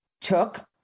took